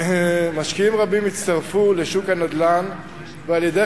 משקיעים רבים הצטרפו לשוק הנדל"ן ועל-ידי